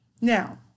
Now